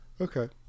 Okay